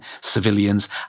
civilians